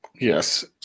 Yes